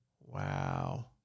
Wow